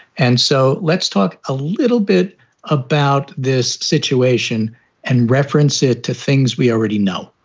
and so let's talk a little bit about this situation and references to things we already know.